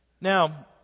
Now